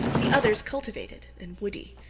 the others cultivated and woody.